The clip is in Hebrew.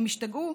הם השתגעו?